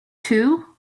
too